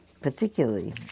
particularly